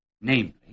namely